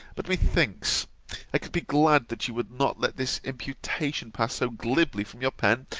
but, methinks, i could be glad that you would not let this imputation pass so glibly from your pen,